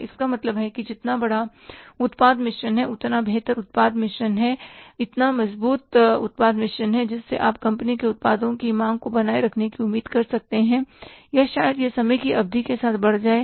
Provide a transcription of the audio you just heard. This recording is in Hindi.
तो इसका मतलब है कि जितना बड़ा उत्पाद मिश्रण है उतना बेहतर उत्पाद मिश्रण है इतना मजबूत उत्पाद मिश्रण है जिससे आप कंपनी के उत्पादों की मांग को बनाए रखने की उम्मीद कर सकते हैं या शायद यह समय की अवधि के साथ बढ़ जाए